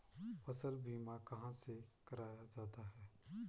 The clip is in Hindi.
फसल बीमा कहाँ से कराया जाता है?